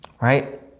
Right